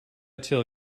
tell